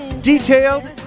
Detailed